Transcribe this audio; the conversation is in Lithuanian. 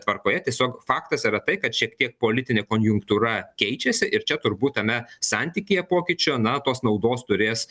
tvarkoje tiesiog faktas yra tai kad šiek tiek politinė konjunktūra keičiasi ir čia turbūt tame santykyje pokyčio na tos naudos turės